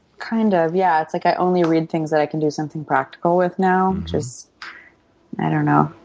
kind of, yeah. it's like i only read things that i can do something practical with now. just i don't know.